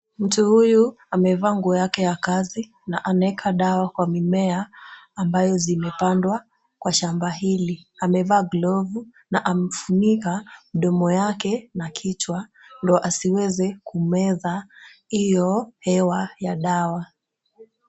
Mtu huyu amevaa nguo yake ya kazi na anaeka dawa kwa mimea ambayo zimepandwa kwa shamba hili. Amevaa glovu na amefunika mdomo yake na kichwa, ndio asiweze kumeza hiyo hewa ya dawa.